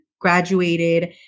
graduated